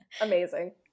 Amazing